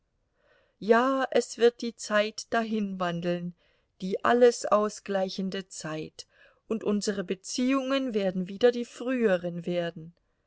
ja es wird die zeit dahinwandeln die alles ausgleichende zeit und unsere beziehungen werden wieder die früheren werden